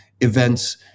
events